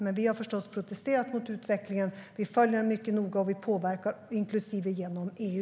Men vi har förstås protesterat mot utvecklingen. Vi följer den mycket noga, och vi påverkar - inklusive genom EU.